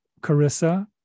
Carissa